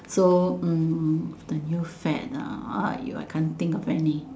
so mm what's the new fad ah !aiyo! I can't think of any